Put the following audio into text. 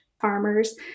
farmers